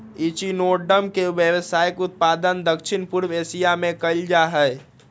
echinoderm के व्यावसायिक उत्पादन दक्षिण पूर्व एशिया में कएल जाइ छइ